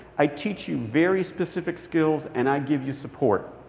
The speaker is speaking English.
i teach you very specific skills, and i give you support.